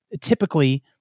typically